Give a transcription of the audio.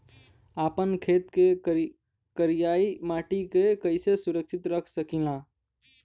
आपन खेत के करियाई माटी के कइसे सुरक्षित रख सकी ला?